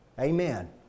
Amen